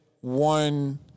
one